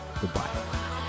goodbye